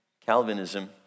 Calvinism